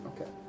Okay